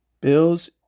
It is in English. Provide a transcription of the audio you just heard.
Bills